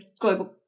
global